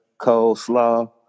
coleslaw